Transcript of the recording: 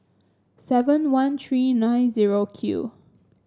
seven one three nine zero Q